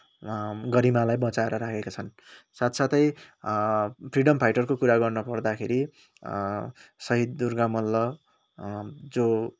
गरिमालाई बचाएर राखेका छन् साथ साथै फ्रिडम फाइटरको कुरा गर्न पर्दाखेरि शहिद दुर्गा मल्ल जो